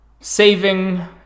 saving